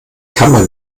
kammer